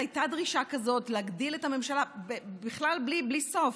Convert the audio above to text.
הייתה דרישה כזאת להגדיל את הממשלה בלי סוף.